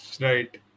Right